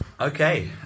Okay